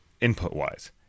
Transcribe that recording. input-wise